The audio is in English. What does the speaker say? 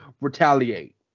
retaliate